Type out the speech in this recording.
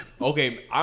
Okay